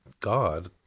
God